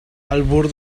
albur